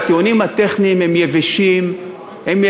שהטיעונים הטכניים הם יבשים,